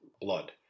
blood